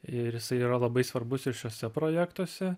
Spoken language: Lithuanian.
ir jisai yra labai svarbus ir šiuose projektuose